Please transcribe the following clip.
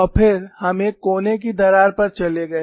और फिर हम एक कोने की दरार पर चले गए